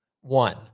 One